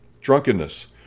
drunkenness